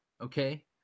okay